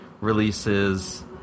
releases